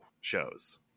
shows